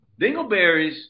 Dingleberries –